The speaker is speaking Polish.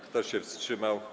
Kto się wstrzymał?